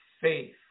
faith